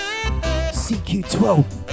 CQ12